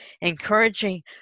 encouraging